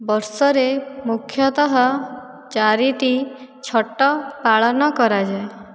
ବର୍ଷରେ ମୁଖ୍ୟତଃ ଚାରିଟି ଛଟ୍ ପାଳନ କରାଯାଏ